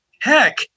heck